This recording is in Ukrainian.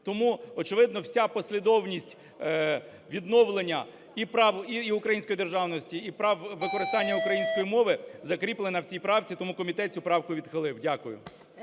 Тому, очевидно, вся послідовність відновлення і української державності, і прав використання української мови закріплено в цій правці. Тому комітет цю правку відхилив. Дякую.